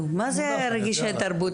מה זה רגישי תרבות?